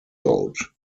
code